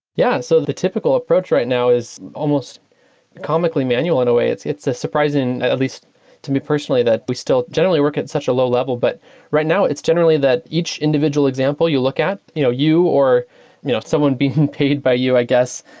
yeah. so the typical approach right now is almost comically manual in a way. it's it's surprising at least to me personally that we still generally work at such a low-level, but right now it's generally that each individual example you look at, you know you or you know someone being paid by you i guess,